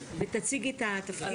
בבקשה.